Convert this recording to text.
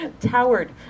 towered